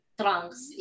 trunks